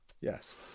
Yes